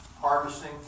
harvesting